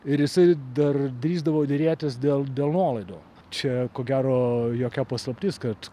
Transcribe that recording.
ir jisai dar drįsdavo derėtis dėl dėl nuolaidų čia ko gero jokia paslaptis kad